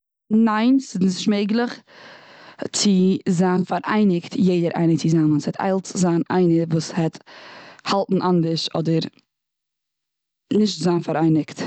ניין ס'איז נישט מעגליך צו זיין פאראייניגט יעדער צוזאמען. ס'וועט אלץ זיין איינער וואס העט האלטן אנדערש, אדער נישט זיין פאראייניגט.